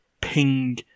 ping